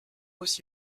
aussi